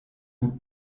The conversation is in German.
gut